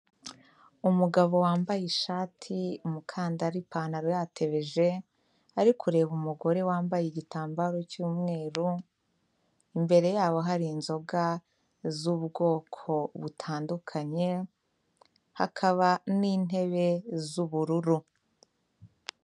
Umugabo wambaye ishati, umukandara, ipantaro yatebeje, ari kureba umugore wambaye igitambaro cy'umweru, imbere yabo hari inzoga z'ubwoko butandukanye, hakaba n'intebe z'ubururu.